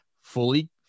fully